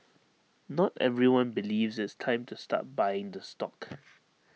not everyone believes it's time to start buying the stock